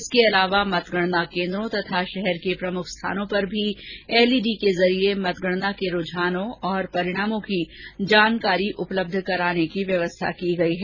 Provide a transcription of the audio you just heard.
इसके अलावा मतगणना केंद्रों तथा शहर के प्रमुख स्थानों पर भी एलईडी के जरिए मतगणना के रुझानों और परिणामों की जानकारी उपलब्ध कराने की व्यवस्था की गयी है